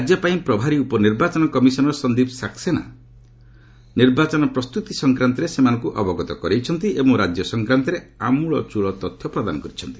ରାଜ୍ୟ ପାଇଁ ପ୍ରଭାରୀ ଉପନିର୍ବାଚନ କମିଶନର ସନ୍ଦୀପ ସାକସେନା ନିର୍ବାଚନ ପ୍ରସ୍ତୁତି ସଂକ୍ରାନ୍ତରେ ସେମାନଙ୍କୁ ଅବଗତ କରାଇଛନ୍ତି ଏବଂ ରାଜ୍ୟ ସଂକ୍ରାନ୍ତରେ ଆମୂଳଚୂଳ ତଥ୍ୟ ପ୍ରଦାନ କରିଛନ୍ତି